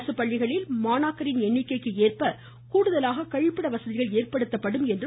அரசு பள்ளிகளில் மாணவர்களின் எண்ணிக்கைக்கு ஏற்ப கூடுதலாக கழிப்பிட வசதிகள் ஏற்படுத்தப்படும் என்றார்